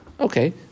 Okay